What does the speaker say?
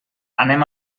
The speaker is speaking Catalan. anem